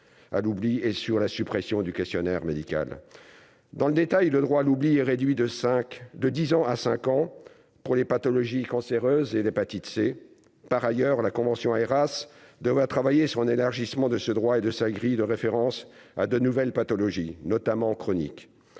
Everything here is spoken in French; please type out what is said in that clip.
à l'oubli et sur la suppression du questionnaire médical dans le détail, le droit à l'oubli, réduit de 5 de 10 ans à 5 ans pour les pathologies cancéreuses et l'hépatite C par ailleurs la convention Heras travailler sur un élargissement de ses droits et de sa grille de référence à de nouvelles pathologies notamment chronique